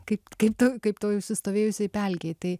kaip kaip tu kaip toj užsistovėjusioj pelkėj tai